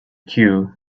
queue